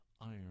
iron